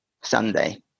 Sunday